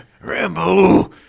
Rambo